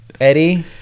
eddie